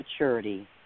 maturity